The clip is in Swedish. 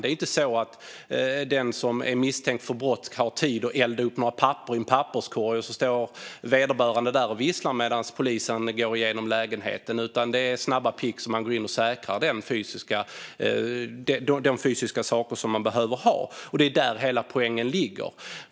Det är inte så att den som är misstänkt för brott har tid att elda upp några papper i en papperskorg och stå och vissla medan polisen går igenom lägenheten, utan det är snabba ryck. Man går in och säkrar de fysiska bevis man behöver, och det är där hela poängen ligger.